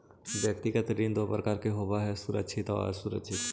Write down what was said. व्यक्तिगत ऋण दो प्रकार के होवऽ हइ सुरक्षित आउ असुरक्षित